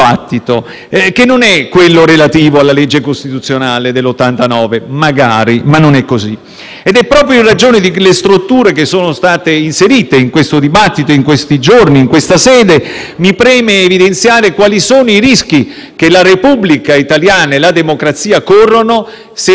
E proprio in ragione delle storture che sono state inserite in questo dibattito, in questi giorni e in questa sede, mi preme evidenziare quali sono i rischi che la Repubblica italiana e la democrazia corrono, nel caso in cui il Senato dovesse decidere di non procedere nei confronti del ministro Salvini.